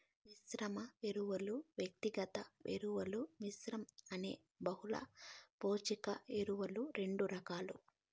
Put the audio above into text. మిశ్రమ ఎరువులు, వ్యక్తిగత ఎరువుల మిశ్రమం అని బహుళ పోషక ఎరువులు రెండు రకాలు